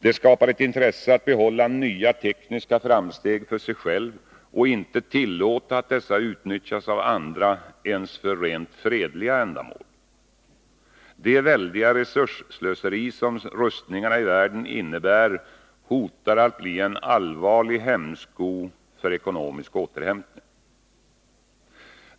Det skapar ett intresse från olika länder att behålla nya tekniska framsteg för sig själva och inte tillåta att dessa utnyttjas av andra ens för rent fredliga ändamål. Det väldiga resursslöseri som rustningarna i världen innebär hotar att bli en allvarlig hämsko för ekonomisk återhämtning.